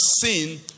seen